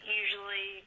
usually